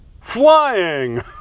Flying